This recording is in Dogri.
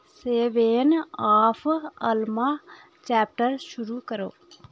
सेवेन आफ अल्मा चैप्टर शुरू करो